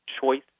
choice